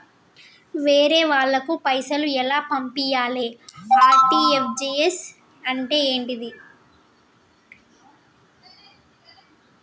వేరే వాళ్ళకు పైసలు ఎలా పంపియ్యాలి? ఆర్.టి.జి.ఎస్ అంటే ఏంటిది?